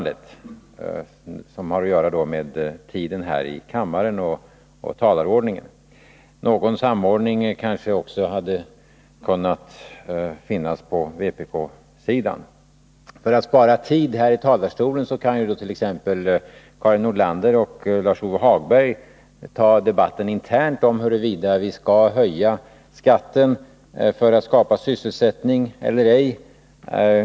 Det har att göra med tiden för arbetet i kammaren och talarordningen. Någon samordning kanske också hade kunnat finnas på vpk-sidan. För att spara tid här i talarstolen kan t.ex. Karin Nordlander och Lårs-Ove Hagberg internt ta debatten om huruvida vi skall höja skatten för att skapa sysselsättning eller ej.